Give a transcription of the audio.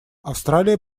австралия